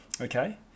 okay